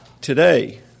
today